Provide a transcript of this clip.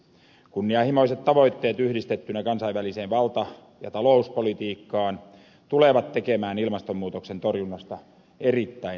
kunnianhimoiset tavoitteet yhdistettynä kansainväliseen valta ja talouspolitiikkaan tulevat tekemään ilmastonmuutoksen torjunnasta erittäin haasteellista